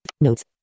Notes